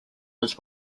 his